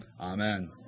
Amen